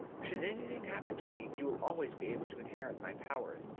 should anything happen to me you will always be able to inherit my powers,